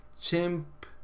Chimp